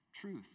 truth